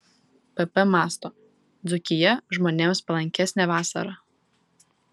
pp mąsto dzūkija žmonėms palankesnė vasarą